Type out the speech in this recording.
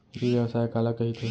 ई व्यवसाय काला कहिथे?